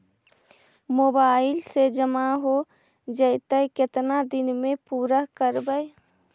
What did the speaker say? Mobile से जामा हो जैतय, केतना दिन में पुरा करबैय?